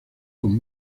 con